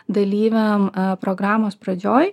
dalyviam programos pradžioj